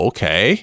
Okay